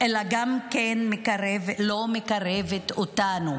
אלא גם לא מקרבת אותנו,